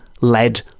lead